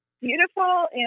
beautiful